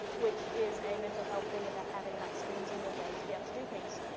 which is a mental health thing, about having enough spoons in your day to be able to do things.